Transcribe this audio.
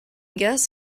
guess